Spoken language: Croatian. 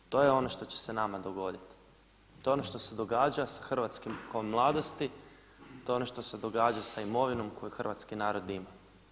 To je ono što će se nama dogoditi, to je ono što se događa sa hrvatskom mladosti, to je ono što se događa sa imovinom koju hrvatski narod ima.